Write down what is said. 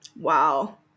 Wow